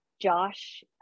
Josh